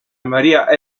maria